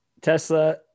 Tesla